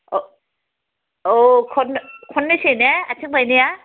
अ औ खननैसो ने आथिं बायनाया